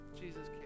Jesus